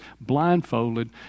blindfolded